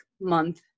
month